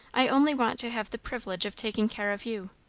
i only want to have the privilege of taking care of you.